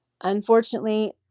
Unfortunately